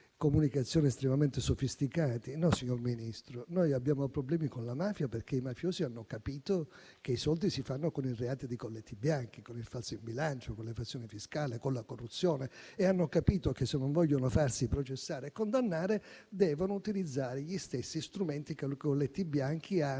comunicazione estremamente sofisticati; no, signor Ministro, noi abbiamo problemi con la mafia perché i mafiosi hanno capito che i soldi si fanno con i reati dei colletti bianchi, con il falso in bilancio, con l'evasione fiscale, con la corruzione. Hanno capito altresì che se non vogliono farsi processare e condannare, devono utilizzare gli stessi strumenti che i colletti bianchi hanno